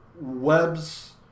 Web's